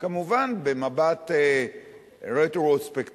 כמובן במבט רטרוספקטיבי,